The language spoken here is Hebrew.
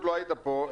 פשוט לא היית פה,